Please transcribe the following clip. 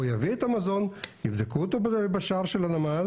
הוא יביא את המזון, יבדקו אותו בשער של הנמל.